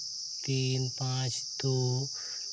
ᱛᱤᱱ ᱯᱟᱸᱪ ᱫᱩ